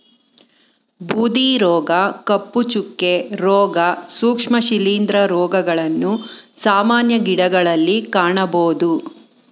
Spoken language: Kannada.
ಬೂದಿ ರೋಗ, ಕಪ್ಪು ಚುಕ್ಕೆ, ರೋಗ, ಸೂಕ್ಷ್ಮ ಶಿಲಿಂದ್ರ ರೋಗಗಳನ್ನು ಸಾಮಾನ್ಯ ಗಿಡಗಳಲ್ಲಿ ಕಾಣಬೋದು